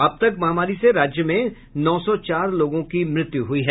अब तक महामारी से राज्य में नौ सौ चार लोगों की मृत्यु हुई है